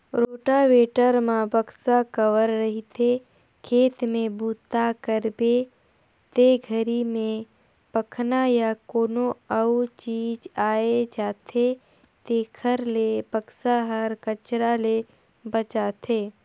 rotavator म box cover रहिथे, खेत में बूता करबे ते घरी में पखना या कोनो अउ चीज आये जाथे तेखर ले बक्सा हर कचरा ले बचाथे